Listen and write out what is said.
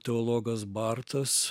teologas bartas